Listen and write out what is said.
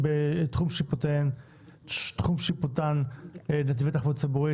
בתחום שיפוטן נתיבי תחבורה ציבורי,